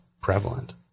prevalent